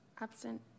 Absent